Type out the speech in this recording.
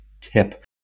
tip